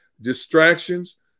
distractions